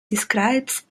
describes